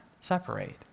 separate